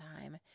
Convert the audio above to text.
time